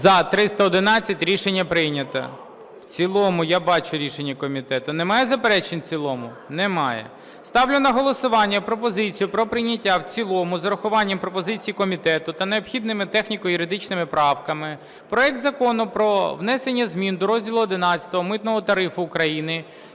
За-311 Рішення прийнято. В цілому, я бачу, рішення комітету. Немає заперечень – в цілому? Немає. Ставлю на голосування пропозицію про прийняття в цілому з урахуванням пропозицій комітету та необхідними техніко-юридичними правками, проект Закону про внесення змін до розділу ХІ Митного тарифу України